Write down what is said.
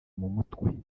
mumutwe